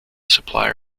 supplier